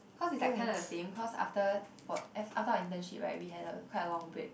cause it's like kinda the same cause after for af~ after our internship right we had a quite a long break